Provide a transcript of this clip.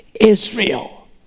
Israel